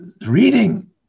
reading